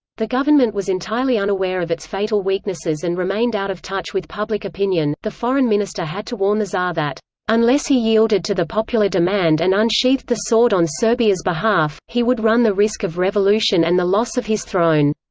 the government was entirely unaware of its fatal weaknesses and remained out of touch with public opinion the foreign minister had to warn the tsar that unless he yielded to the popular demand and unsheathed the sword on serbia's behalf, he would run the risk of revolution and the loss of his throne.